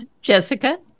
jessica